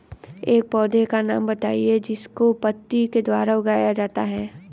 ऐसे पौधे का नाम बताइए जिसको पत्ती के द्वारा उगाया जाता है